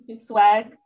swag